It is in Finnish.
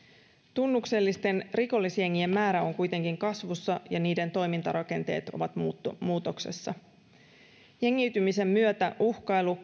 tunnuksellisten rikollisjengien määrä on kuitenkin kasvussa ja niiden toimintarakenteet ovat muutoksessa jengiytymisen myötä uhkailu